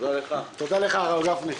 תודה לך הרב גפני.